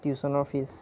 টিউশ্যনৰ ফীজ